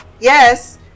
yes